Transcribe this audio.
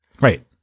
Right